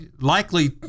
likely